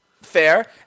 Fair